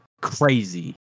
crazy